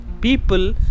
people